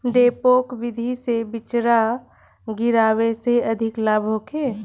डेपोक विधि से बिचरा गिरावे से अधिक लाभ होखे?